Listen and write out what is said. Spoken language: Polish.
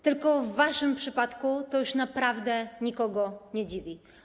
Tylko w waszym przypadku to już naprawdę nikogo nie dziwi.